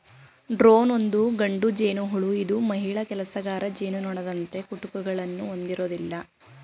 drone ಒಂದು ಗಂಡು ಜೇನುಹುಳು ಇದು ಮಹಿಳಾ ಕೆಲಸಗಾರ ಜೇನುನೊಣದಂತೆ ಕುಟುಕುಗಳನ್ನು ಹೊಂದಿರೋದಿಲ್ಲ